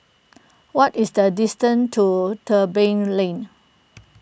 what is the distance to Tebing Lane